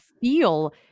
feel